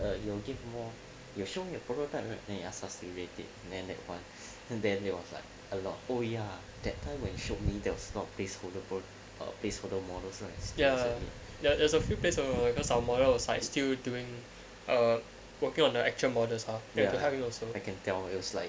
are you will give more you showing a prototype then you associate it then at one and then it was like a lot ya that time when you showed me they'll start placeholder vote or place photo models rice there there there's a few pairs or because our moral aside still doing a working on the actual models are there to help me also I can tell you slide